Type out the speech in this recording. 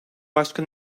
başka